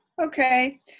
okay